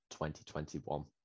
2021